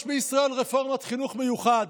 יש בישראל רפורמת חינוך מיוחד,